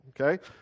okay